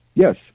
Yes